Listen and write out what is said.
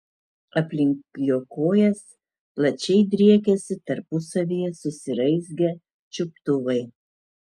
aplink jo kojas plačiai driekėsi tarpusavyje susiraizgę čiuptuvai